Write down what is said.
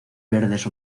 verdes